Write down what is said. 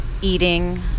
Eating